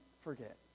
forget